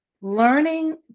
learning